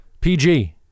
PG